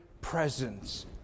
presence